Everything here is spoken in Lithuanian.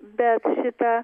bet šitą